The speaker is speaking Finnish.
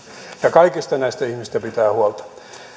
kaikista näistä ihmisistä tulee pitää huolta